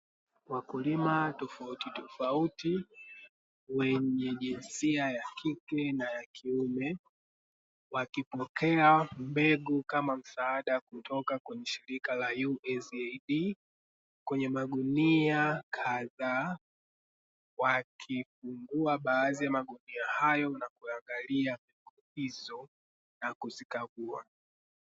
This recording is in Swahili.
Wakulima tofauti tofauti wenye jinsia ya kike na ya kiume, wakipokea mbegu kama msaada kutoka kwenye shirika USAD, kwenye magunia kadhaa wakifungua baadhi ya magunia hayo na kuaangalia mbegu hizo na kuzikagua.